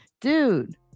Dude